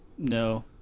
No